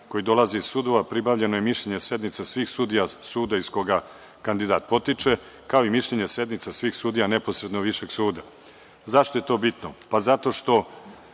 koji dolaze iz sudova pribavljeno je mišljenje sednica svih sudija suda iz koga kandidat potiče, kao i mišljenje sednica svih sudija neposredno višeg suda. Zašto je to bitno? Zato što